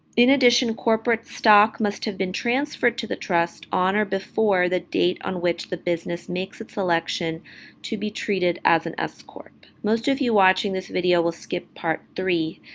in addition, corporate stock must have been transferred to the trust on or before the date on which the business makes it selection to be treated as an s-corp. most of you watching this video will skip part three.